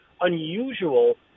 unusual